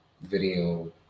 video